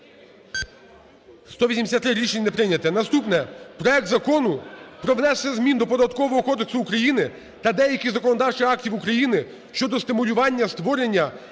За-183 Рішення не прийнято. Наступне, проект Закону про внесення змін до Податкового кодексу України та деяких законодавчих актів України щодо стимулювання створення